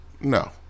No